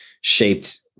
shaped